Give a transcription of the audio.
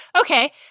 Okay